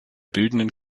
bildenden